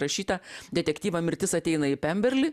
rašytą detektyvą mirtis ateina į pemberlį